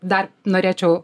dar norėčiau